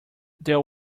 there